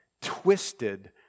twisted